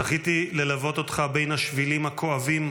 זכיתי ללוות אותך בין השבילים הכואבים,